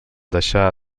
deixà